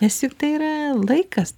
nes juk tai yra laikas